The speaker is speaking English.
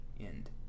end